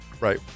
right